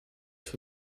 sur